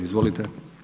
Izvolite.